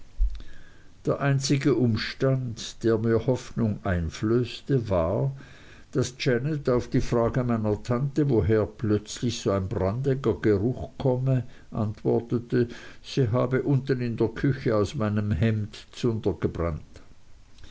der einzige umstand der mir hoffnung einflößte war daß janet auf die frage meiner tante woher plötzlich so ein brandiger geruch komme antwortete sie habe unten in der küche aus meinem hemd zunder gebrannt